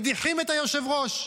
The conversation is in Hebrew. מדיחים את היושב-ראש.